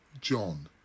John